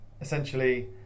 essentially